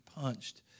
punched